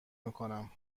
میکنم